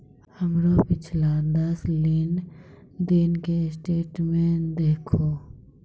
हमरो पिछला दस लेन देन के स्टेटमेंट देहखो